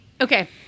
Okay